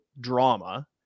drama